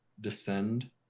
descend